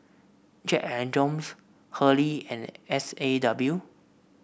Jack And Jones Hurley and S A W